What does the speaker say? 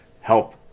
help